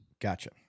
Gotcha